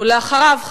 ואחריו,